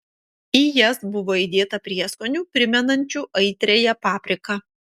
į jas buvo įdėta prieskonių primenančių aitriąją papriką